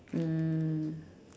mm